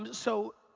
so,